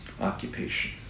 occupation